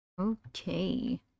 Okay